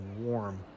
warm